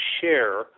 share